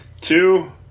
two